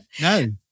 No